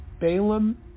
Balaam